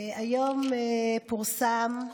היום פורסם,